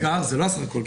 --- זה לא הסך הכל,